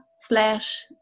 slash